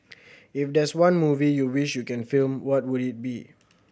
if there's one movie you wished you can film what would it be